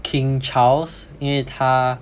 King Charles 因为他